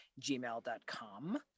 gmail.com